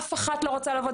אף אחת לא רוצה לעבוד,